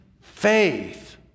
faith